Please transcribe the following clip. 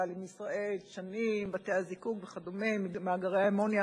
תואר אקדמי רלוונטי),